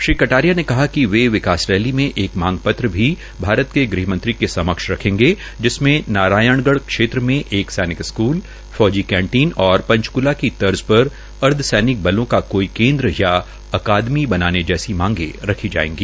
श्री कटारिया ने कहा कि वे विकास रैली में एक मांग पत्र भी भारत के गृह मंत्री के समक्ष रखेंगे जिसमें नारायण गढ़ क्षेत्र में एक सैनिक स्कूल फौजी कैंटीन और पंचकूला की तर्ज पर अर्धसैनिक बलों का कोई केन्द्र या अकादमी बनाने जैसी मांगे रखी जायेगी